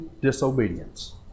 disobedience